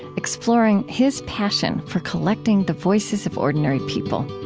exploring his passion for collecting the voices of ordinary people